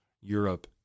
Europe